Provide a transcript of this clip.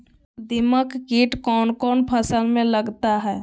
दीमक किट कौन कौन फसल में लगता है?